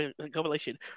compilation